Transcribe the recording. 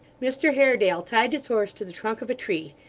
mr haredale tied his horse to the trunk of a tree,